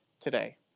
today